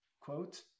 quote